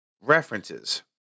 references